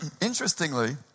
Interestingly